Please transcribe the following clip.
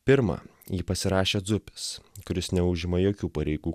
pirma jį pasirašė dzupis kuris neužima jokių pareigų